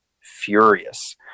furious